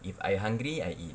if I hungry I eat